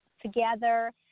together